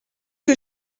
que